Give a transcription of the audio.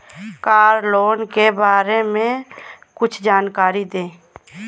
Car loan के बारे में कुछ जानकारी दें?